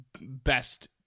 best